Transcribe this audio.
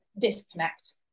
disconnect